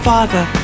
Father